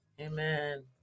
Amen